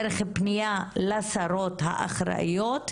דרך פניה לשרות האחראיות,